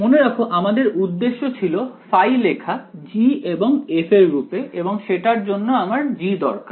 মনে রাখ আমাদের উদ্দেশ্য হল ϕ লেখা G এবং f এর রূপে এবং সেটার জন্য আমার G দরকার